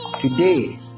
Today